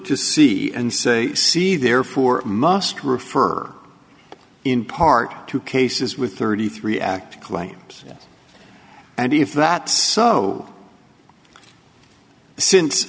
to see and say see therefore must refer in part to cases with thirty three act claims and if that so since